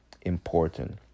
important